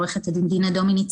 עוה"ד דינה דומיניץ.